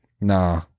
Nah